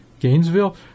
Gainesville